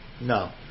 No